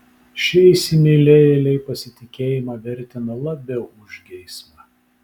šie įsimylėjėliai pasitikėjimą vertina labiau už geismą